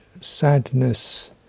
sadness